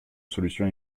solution